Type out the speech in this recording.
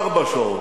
ארבע שעות,